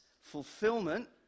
fulfillment